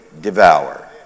devour